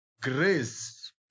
Grace